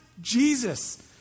Jesus